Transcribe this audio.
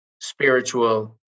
spiritual